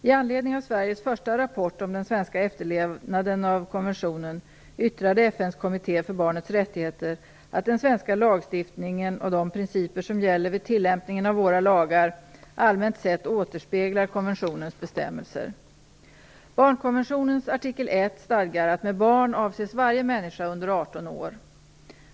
I anledning av Sveriges första rapport om den svenska efterlevnaden av konventionen yttrade FN:s kommitté för barnets rättigheter att den svenska lagstiftningen och de principer som gäller vid tilllämpningen av våra lagar allmänt sett återspeglar konventionens bestämmelser. Barnkonventionens artikel 1 stadgar att med barn avses varje människa under 18 år.